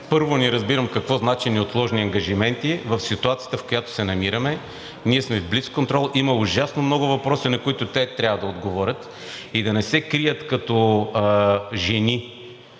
първо, не разбирам какво значи „неотложни ангажименти“ в ситуацията, в която се намираме. Ние сме в блицконтрол, има ужасно много въпроси, на които те трябва да отговорят. И да не се крият като жени